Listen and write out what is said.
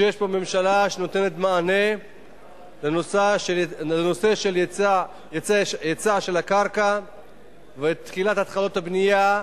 שיש פה ממשלה שנותנת מענה לנושא של היצע הקרקע והתחלות הבנייה,